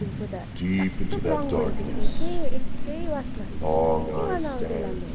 धोएको त टाकटुक रङ गयो त्यसको एकै एककै वासमा के गर्नु अब त्यसलाई म